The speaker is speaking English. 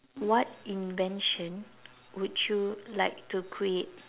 what invention would you like to create